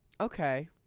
Okay